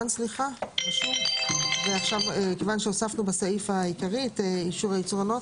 יבואן ומכיוון שהוספנו בסעיף העיקרי את אישור הייצור הנאות,